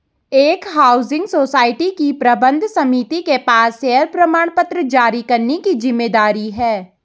एक housing society की प्रबंध समिति के पास शेयर प्रमाणपत्र जारी करने की जिम्मेदारी है